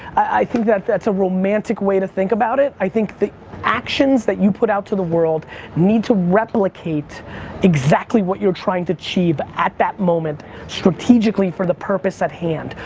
i think that that's a romantic way to think about it, i think the actions that you put out to the world need to replicate exactly what you're trying to achieve at that moment strategically for the purpose at hand,